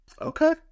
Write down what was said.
Okay